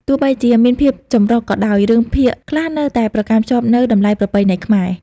ទោះបីជាមានភាពចម្រុះក៏ដោយ រឿងភាគខ្លះនៅតែប្រកាន់ខ្ជាប់នូវ តម្លៃប្រពៃណី ខ្មែរ។